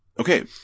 Okay